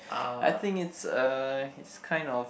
I think it's uh it's kind of